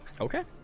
Okay